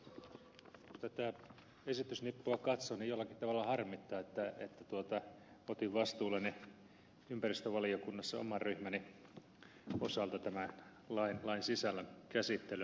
kun tätä esitysnippua katsoo niin jollakin tavalla harmittaa että otin vastuulleni ympäristövaliokunnassa oman ryhmäni osalta tämän lain sisällön käsittelyn